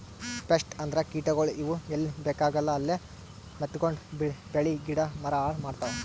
pest ಅಂದ್ರ ಕೀಟಗೋಳ್, ಇವ್ ಎಲ್ಲಿ ಬೇಕಾಗಲ್ಲ ಅಲ್ಲೇ ಮೆತ್ಕೊಂಡು ಬೆಳಿ ಗಿಡ ಮರ ಹಾಳ್ ಮಾಡ್ತಾವ್